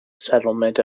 settlement